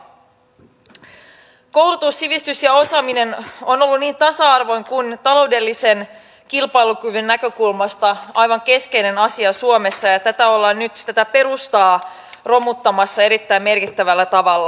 koulutus sivistys ja osaaminen ovat olleet niin tasa arvon kuin taloudellisen kilpailukyvyn näkökulmasta aivan keskeinen asia suomessa ja tätä perustaa ollaan nyt romuttamassa erittäin merkittävällä tavalla